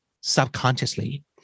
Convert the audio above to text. subconsciously